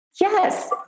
Yes